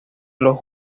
los